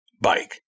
bike